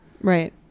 Right